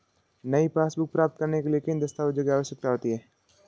नई पासबुक प्राप्त करने के लिए किन दस्तावेज़ों की आवश्यकता होती है?